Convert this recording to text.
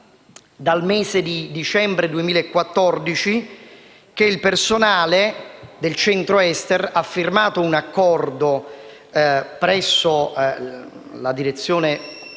dal mese di dicembre 2014, il personale del Centro Ester ha firmato un accordo presso la direzione